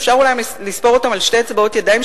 ואפשר אולי לספור אותם על אצבעות שתי ידיים,